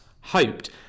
hoped